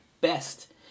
best